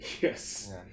Yes